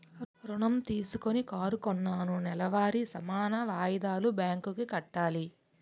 ఋణం తీసుకొని కారు కొన్నాను నెలవారీ సమాన వాయిదాలు బ్యాంకు కి కట్టాలి